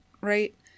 right